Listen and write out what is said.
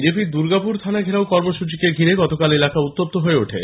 BJP র দুর্গাপুর থানা ঘেরাও কর্মসূচীকে ঘিরে গতকাল এলাকা উত্তপ্ত হয়ে ওঠে